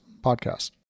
Podcast